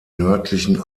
nördlichen